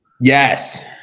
Yes